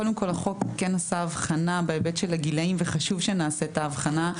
קודם כל החוק כן עשה הבחנה בהיבט של הגילאים וחשוב שנעשה את ההבחנה.